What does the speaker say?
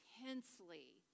intensely